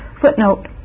Footnote